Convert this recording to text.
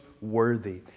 worthy